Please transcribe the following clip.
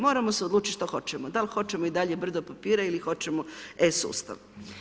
Moramo se odlučiti što hoćemo, da li hoćemo i dalje brdo papira ili hoćemo e-sustav.